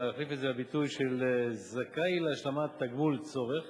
להחליף את זה בביטויים "זכאי להשלמת תגמול צורך"